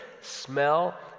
smell